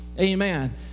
amen